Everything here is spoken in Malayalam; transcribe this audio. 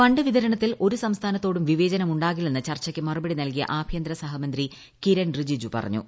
ഫണ്ട് വിതരണത്തിൽ ഒരു സംസ്ഥാനത്തോടും വിവേചനം ഉണ്ടാകില്ലെന്ന് ചർച്ചയ്ക്ക് മറുപടി നൽകിയ ആഭ്യന്തര സഹമന്ത്രി കിരൺ റിജിജു പറഞ്ഞു